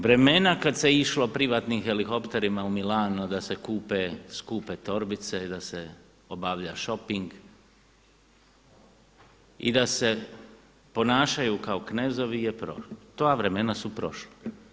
Vremena kad se išlo privatnim helikopterima u Milano da se kupe skupe torbice i da se obavlja shoping i da se ponašaju kao knezovi je prošlo, ta vremena su prošla.